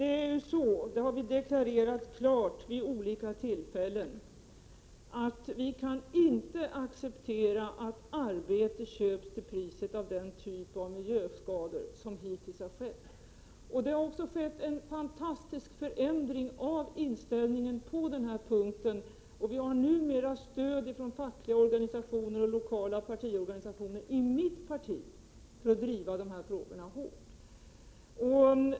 Fru talman! Vi har vid olika tillfällen klart deklarerat att vi inte kan acceptera att arbete på det sätt som hittills skett köps till priset av miljöskador. Det har också skett en fantastisk förändring av inställningen på den här punkten. Vi har numera stöd från fackliga organisationer och lokala partiorganisationer i mitt parti för att driva de här frågorna hårt.